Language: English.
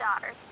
daughter